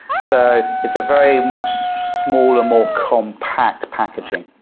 so it's a very much smaller, more compact packaging.